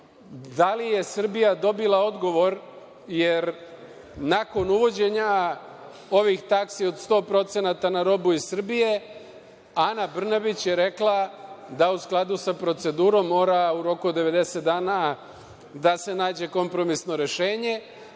da li je Srbija dobila odgovor, jer nakon uvođenja ovih taksi od 100% na robu iz Srbije, Ana Brnabić je rekla da u skladu sa procedurom mora u roku od 90 dana da se nađe kompromisno rešenje,